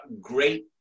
great